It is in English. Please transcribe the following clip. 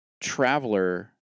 traveler